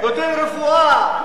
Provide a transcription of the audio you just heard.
נותן רפואה,